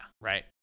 Right